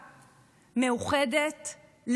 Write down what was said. מאוחדת,